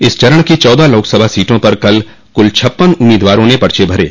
इस चरण की चौदह लोक सभा सीटों पर कल कुल छप्पन उम्मीदवारों ने पर्चे भरे